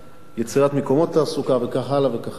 יצירת מקומות תעסוקה, וכך הלאה וכך הלאה.